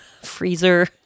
freezer